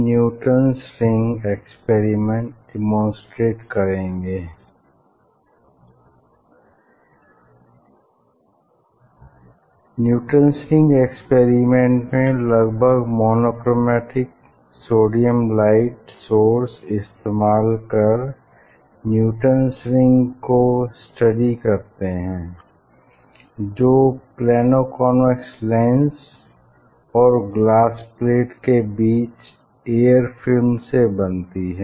Newton's ring experiment में लगभग monochromatic sodium light source इस्तेमाल कर न्यूटन्स रिंग्स को स्टडी करते है जो प्लेनो कॉन्वेक्स लेंस और ग्लास प्लेट के बीच एयर फिल्म से बनती है